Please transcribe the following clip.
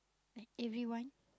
like everyone